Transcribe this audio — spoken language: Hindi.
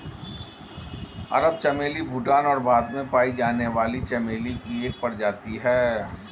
अरब चमेली भूटान और भारत में पाई जाने वाली चमेली की एक प्रजाति है